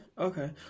Okay